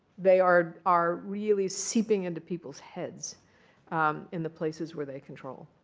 they are are really seeping into people's heads in the places where they control.